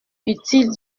utile